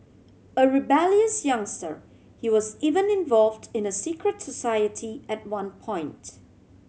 a rebellious youngster he was even involved in a secret society at one point